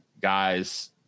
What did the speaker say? guys –